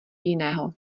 jiného